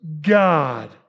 God